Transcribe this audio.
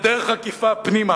בדרך עקיפה פנימה,